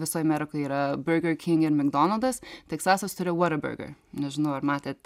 visoj amerikoj yra burger king ir mekdonaldas teksasas turi whataburger nežinau ar matėt